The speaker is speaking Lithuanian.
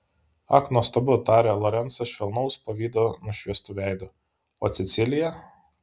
ak nuostabu tarė lorencą švelnaus pavydo nušviestu veidu o cecilija